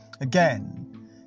again